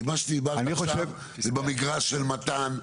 כי מה שדיברת עכשיו זה במגרש של מתן,